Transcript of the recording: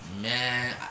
Man